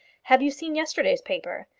have you seen yesterday's paper?